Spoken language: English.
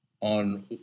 on